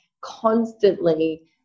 constantly